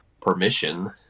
permission